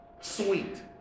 Sweet